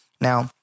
Now